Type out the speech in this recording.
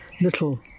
little